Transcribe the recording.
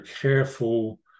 careful